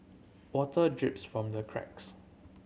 water drips from the cracks